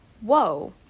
Whoa